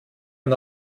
man